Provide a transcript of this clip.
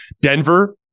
Denver